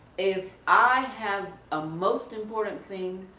if i have a most important thing,